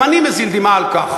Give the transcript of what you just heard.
גם אני מזיל דמעה על כך.